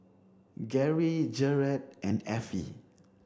Geri Jarret and Effie